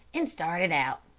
and started out.